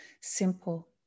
simple